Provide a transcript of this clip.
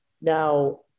Now